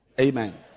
Amen